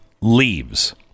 leaves